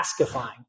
taskifying